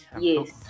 Yes